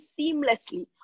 seamlessly